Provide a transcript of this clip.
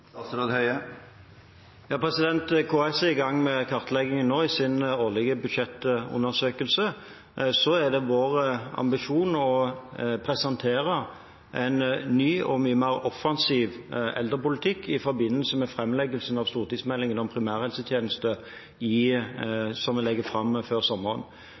KS er i gang med kartleggingen nå i sin årlige budsjettundersøkelse. Så er det vår ambisjon å presentere en ny og mye mer offensiv eldrepolitikk i forbindelse med stortingsmeldingen om primærhelsetjeneste, som vi legger fram før sommeren.